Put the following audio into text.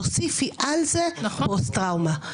תוסיפי על זה פוסט טראומה.